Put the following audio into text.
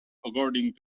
according